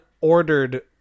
ordered